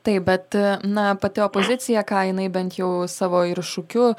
taip bet na pati opozicija ką jinai bent jau savo ir šūkiu